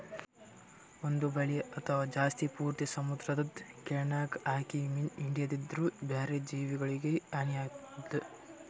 ಒಂದ್ ಬಲಿ ಅಥವಾ ಜಾಲಿ ಪೂರ್ತಿ ಸಮುದ್ರದ್ ಕೆಲ್ಯಾಗ್ ಹಾಕಿ ಮೀನ್ ಹಿಡ್ಯದ್ರಿನ್ದ ಬ್ಯಾರೆ ಜೀವಿಗೊಲಿಗ್ ಹಾನಿ ಆತದ್